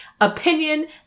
opinion